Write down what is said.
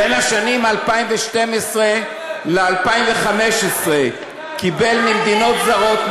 בין השנים 2012 ו-2015 הוא קיבל ממדינונת זרות,